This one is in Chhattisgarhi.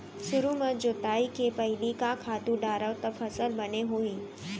सुरु म जोताई के पहिली का खातू डारव त फसल बने होही?